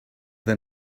they